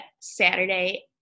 Saturday